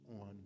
on